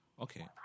Okay